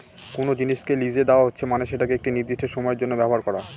কোনো জিনিসকে লিসে দেওয়া হচ্ছে মানে সেটাকে একটি নির্দিষ্ট সময়ের জন্য ব্যবহার করা